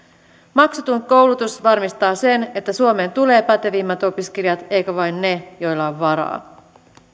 maksuton koulutus varmistaa sen että suomeen tulee pätevimmät opiskelijat eikä vain ne joilla on varaa